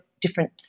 different